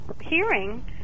hearing